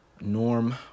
Norm